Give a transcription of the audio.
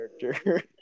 character